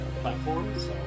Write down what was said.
platforms